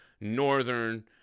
Northern